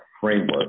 framework